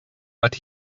that